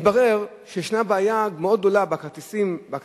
מתברר שישנה בעיה מאוד גדולה בכרטיסי